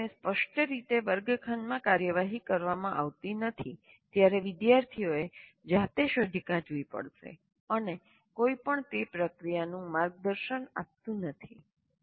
જ્યારે તેની સ્પષ્ટ રીતે વર્ગખંડમાં કાર્યવાહી કરવામાં આવતી નથી ત્યારે વિદ્યાર્થીઓએ જાતે શોધી કાઢવી પડશે અને કોઈ પણ તે પ્રક્રિયાનું માર્ગદર્શન આપતું નથી